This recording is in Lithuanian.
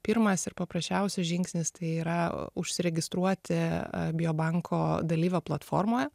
pirmas ir paprasčiausias žingsnis tai yra užsiregistruoti biobanko dalyvio platformoje